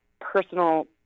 personal